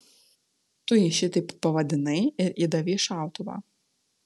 tu jį šitaip pavadinai ir įdavei šautuvą